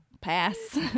Pass